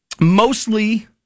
Mostly